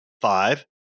Five